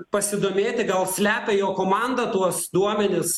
pasidomėti gal slepia jo komanda tuos duomenis